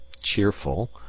cheerful